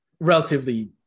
relatively